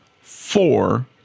four